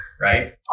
right